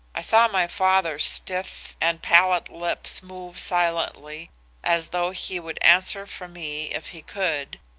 i saw my father's stiff and pallid lips move silently as though he would answer for me if he could,